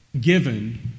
given